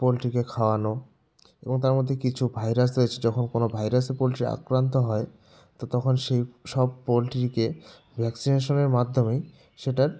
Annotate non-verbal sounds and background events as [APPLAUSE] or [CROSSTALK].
পোলট্রিকে খাওয়ানো এবং তার মধ্যে কিছু ভাইরাস [UNINTELLIGIBLE] যখন কোনো ভাইরাসে পোলট্রি আক্রান্ত হয় তো তখন সেই সব পোলট্রিকে ভ্যাকসিনেশনের মাধ্যমেই সেটার